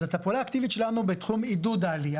אז את הפעולה האקטיבית שלנו בתחום עידוד העלייה,